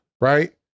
Right